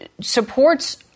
supports